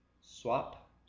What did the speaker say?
swap